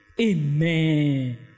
Amen